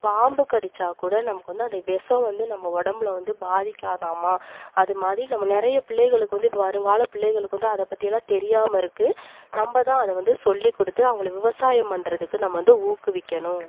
பாம்பு கடிச்சால்கூட நமக்கு வந்து அந்த வெஷம் வந்து நம்ம உடம்புல வந்து பாதிக்காதாம் அதுமாதிரி நம்ம நிறைய பிள்ளைகளுக்கு வந்து வருங்கால பிள்ளைகளுக்கு வந்து அதை பற்றியெல்லாம் தெரியாமல் இருக்குது நம்ம தான் அதை வந்து சொல்லி கொடுத்து அவங்களுக்கு விவசாயம் பண்றதுக்கு நம்ம வந்து ஊக்குவிக்கணும்